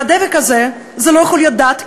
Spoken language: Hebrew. והדבק הזה לא יכול להיות דת,